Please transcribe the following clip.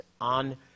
on